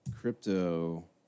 crypto